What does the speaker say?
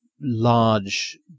large